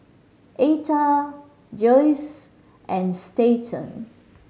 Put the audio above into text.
Etha Joesph and Stanton